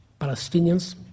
Palestinians